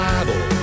Bible